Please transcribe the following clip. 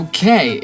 Okay